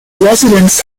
residents